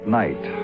night